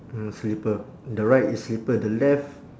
mm slipper the right is slipper the left